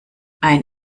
ein